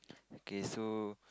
okay so